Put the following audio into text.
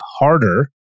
harder